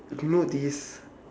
you know this